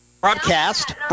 broadcast